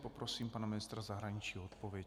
Poprosím pana ministra zahraničí o odpověď.